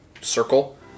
circle